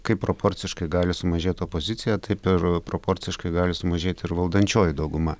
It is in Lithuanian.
kaip proporcingai gali sumažėti opozicija taip ir proporciškai gali sumažėti ir valdančioji dauguma